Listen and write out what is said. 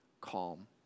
calm